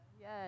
Yes